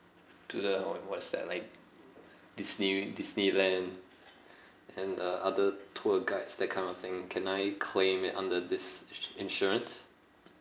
to the what what is that like disney~ disneyland and uh other tour guides that kind of thing can I claim it under this insurance